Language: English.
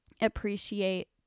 appreciate